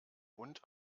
hund